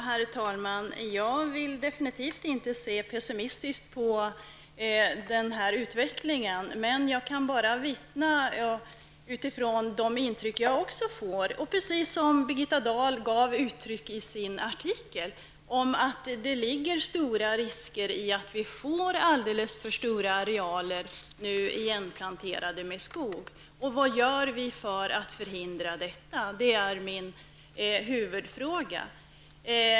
Herr talman! Jag vill definitivt inte se pessimistiskt på denna utveckling. Jag kan bara vittna utifrån det intryck som jag har och i likhet med vad Birgitta Dahl gav uttryck för i sin artikel att det är stora risker förenade med att vi nu får alldeles för stora arealer igenplanterade med skog. Vad gör vi för att förhindra detta? Det är min huvudfråga.